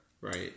right